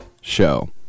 show